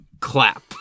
clap